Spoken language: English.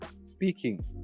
speaking